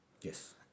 Yes